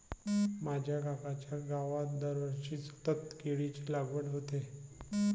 माझ्या काकांच्या गावात दरवर्षी सतत केळीची लागवड होते